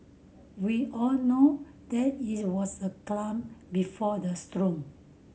we all know that it was the calm before the storm